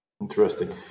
Interesting